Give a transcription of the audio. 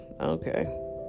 okay